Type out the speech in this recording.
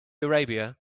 arabia